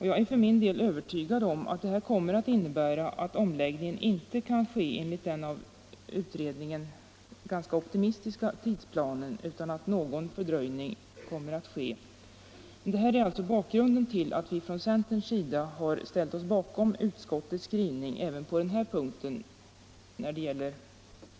Jag är övertygad om att det här kommer att innebära att omläggningen inte kan ske enligt utredningens ganska optimistiska tidsplan utan att det kommer att bli någon fördröjning. Detta är alltså bakgrunden till att vi från centerns sida har ställt oss bakom utskottets skrivning även på den här punkten.